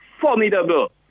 formidable